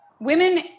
Women